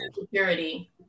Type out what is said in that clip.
security